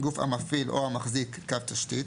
- גוף המפעיל או המחזיק קו תשתית,